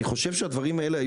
ואני חושב שהדברים האלה,